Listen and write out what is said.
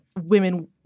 women